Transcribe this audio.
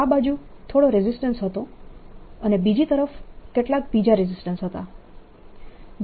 આ બાજુ થોડો રેઝિસ્ટન્સ હતો અને બીજી તરફ કેટલાક બીજા રેઝિસ્ટન્સ હતા